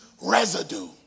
residue